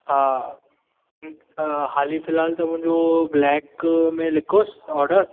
हा त हाली फ़िलहाल त मुंहिंजो ब्लैक में लिखोसि ऑडर